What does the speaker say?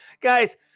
Guys